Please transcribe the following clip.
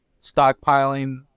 stockpiling